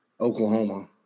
Oklahoma